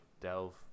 delve